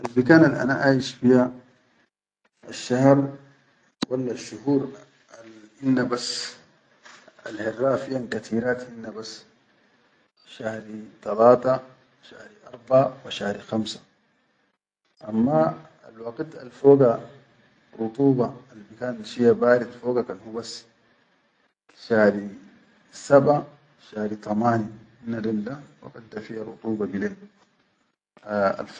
Albikan al ana aish fiya asshahar wallasshuhur al hinna bas alharra fiyan katirat hinna bas, shari talata, shari arba, wa shari khamsa, amma alwaqit alfiga ruduba aalbikan shiya barid fiya kan hubas shari saba, shari tamane hinne del da waqit da fiya ruduba bilen ha waqit.